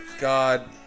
God